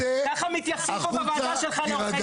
ככה מתייחסים פה בוועדה לעורכי דין.